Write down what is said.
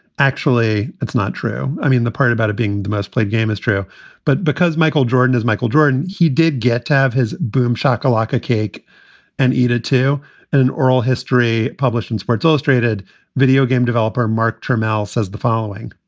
actually, that's not true. i mean, the part about it being the most played game is true but because michael jordan is michael jordan he did get to have his boom shaka like a cake and eat it, too. and an oral history published in sports illustrated videogame developer mark turmel says the following,